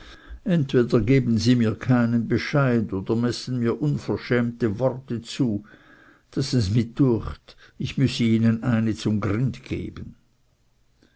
entweder geben sie mir keinen bescheid oder messen mir unverschämte worte zu daß es mih düecht ich müß ihnen eine zum grind geben